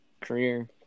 career